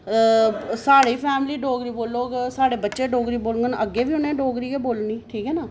साढ़ी फैमिली डोगरी बोलग साढ़े बच्चे डोगरी बोलङन ते उ'नें अग्गें डोगरी गै बोलनी ठीक ऐ ना